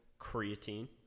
creatine